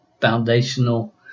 foundational